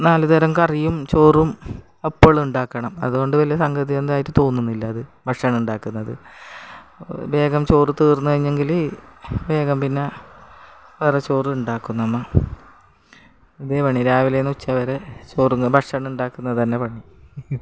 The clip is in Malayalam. നാലു തരം കറിയും ചോറും എപ്പോഴുണ്ടാക്കണം അതുകൊണ്ട് വലിയ സംഗ തിയൊന്നും ആയിട്ട് തോന്നുന്നില്ലത് ഭക്ഷണം ഉണ്ടാക്കുന്നത് വേഗം ചോറ് തീർന്നു കഴിഞ്ഞെങ്കിൽ വേഗം പിന്നെ കുറേ ചോറ് ഉണ്ടാക്കും നമ്മൾ ഇതേ പണി രാവിലെ തന്നെ ഉച്ച വരെ ചോറ് ഭക്ഷണമുണ്ടാക്കുന്നതു തന്നെ പണി